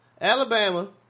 Alabama